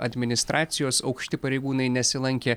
administracijos aukšti pareigūnai nesilankė